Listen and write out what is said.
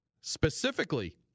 specifically